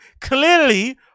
clearly